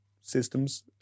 systems